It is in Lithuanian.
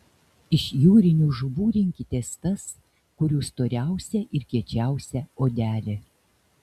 iš jūrinių žuvų rinkitės tas kurių storiausia ir kiečiausia odelė